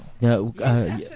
No